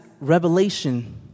revelation